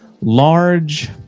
large